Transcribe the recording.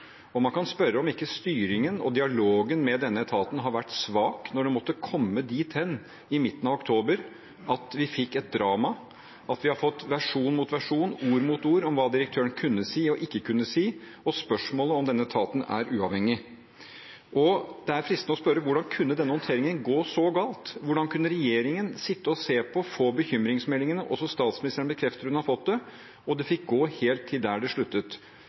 og man kan spørre om ikke styringen og dialogen med denne etaten har vært svak når det måtte komme dit hen, i midten av oktober, at vi fikk et drama, at vi har fått versjon mot versjon, ord mot ord, om hva direktøren kunne si og ikke kunne si, og spørsmål om hvorvidt denne etaten er uavhengig. Det er fristende å spørre hvordan denne håndteringen kunne gå så galt. Hvordan kunne regjeringen sitte og se på, få bekymringsmeldingene – også statsministeren bekrefter at hun har fått det – og det fikk gå helt til der det sluttet?